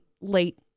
late